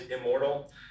immortal